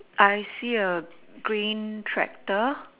I see a green tractor